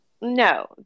No